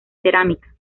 cerámica